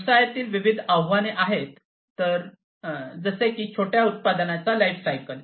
व्यवसायातील विविध आव्हाने आहेत जसे की छोट्या उत्पादनाच्या लाइफसायकल